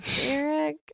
Eric